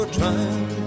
trying